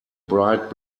bright